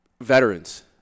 Veterans